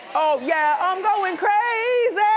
oh yeah, i'm going crazy.